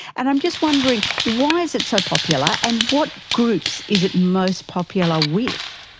and i'm just wondering why is it so popular and what groups is it most popular with?